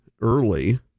early